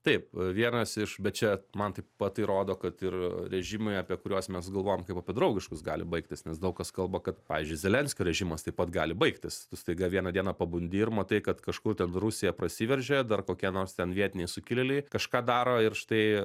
taip vienas iš bet čia man taip pat tai rodo kad ir režimai apie kuriuos mes galvojam kaip apie draugiškus gali baigtis nes daug kas kalba kad pavyzdžiui zelenskio režimas taip pat gali baigtis tu staiga vieną dieną pabundi ir matai kad kažkur ten rusija prasiveržė dar kokie nors ten vietiniai sukilėliai kažką daro ir štai